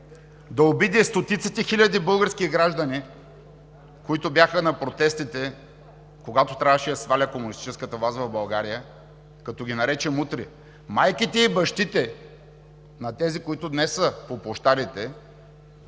да обиди стотиците хиляди български граждани, които бяха на протестите, когато трябваше да свалят комунистическата власт в България, като ги нарече мутри. Майките и бащите на тези, които днес са по площадите